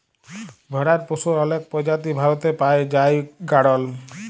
ভেড়ার পশুর অলেক প্রজাতি ভারতে পাই জাই গাড়ল